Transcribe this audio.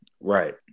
Right